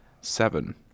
Seven